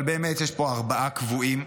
באמת, יש פה ארבעה קבועים: